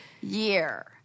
year